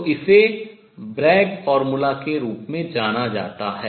तो इसे ब्रैग सूत्र के रूप में जाना जाता है